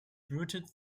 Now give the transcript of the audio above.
routed